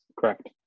correct